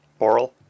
Boral